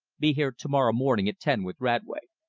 be here to-morrow morning at ten with radway.